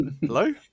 hello